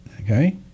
Okay